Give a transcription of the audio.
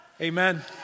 Amen